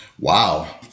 Wow